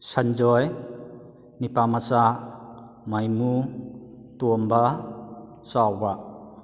ꯁꯟꯖꯣꯏ ꯅꯤꯄꯥꯃꯆꯥ ꯃꯥꯏꯃꯨ ꯇꯣꯝꯕ ꯆꯥꯎꯕ